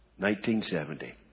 1970